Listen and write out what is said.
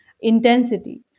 intensity